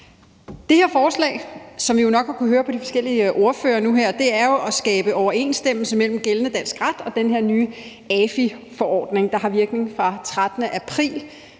drejer sig jo, som I nok har kunnet høre på de forskellige ordførere nu her, om at skabe overensstemmelse mellem gældende dansk ret og den her nye AFI-forordning, der har virkning fra den 13. april